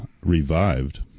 revived